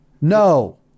No